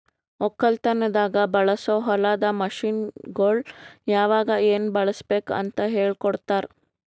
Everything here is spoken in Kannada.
ಒಕ್ಕಲತನದಾಗ್ ಬಳಸೋ ಹೊಲದ ಮಷೀನ್ಗೊಳ್ ಯಾವಾಗ್ ಏನ್ ಬಳುಸಬೇಕ್ ಅಂತ್ ಹೇಳ್ಕೋಡ್ತಾರ್